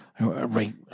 Right